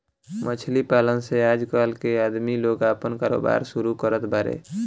मछली पालन से आजकल के आदमी लोग आपन कारोबार शुरू करत बाड़े